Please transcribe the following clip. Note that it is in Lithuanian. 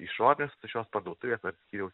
išorinius šios parduotuvės ar skyriaus